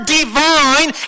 divine